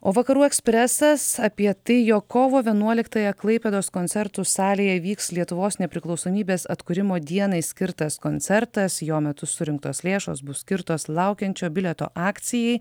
o vakarų ekspresas apie tai jog kovo vienuoliktąją klaipėdos koncertų salėj vyks lietuvos nepriklausomybės atkūrimo dienai skirtas koncertas jo metu surinktos lėšos bus skirtos laukiančio bilieto akcijai